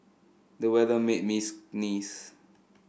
the weather made me sneeze